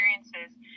experiences